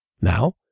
Now